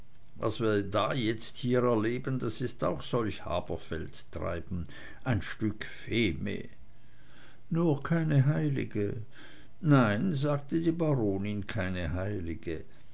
was wir da jetzt hier erleben das ist auch solch haberfeldtreiben ein stück feme nur keine heilige nein sagte die baronin keine heilige